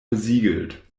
besiegelt